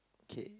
K